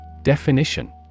Definition